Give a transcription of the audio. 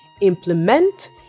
implement